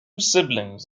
siblings